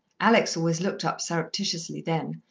alex always looked up surreptitiously, then,